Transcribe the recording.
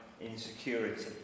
insecurity